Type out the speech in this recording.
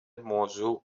موضوع